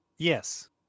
yes